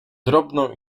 drobną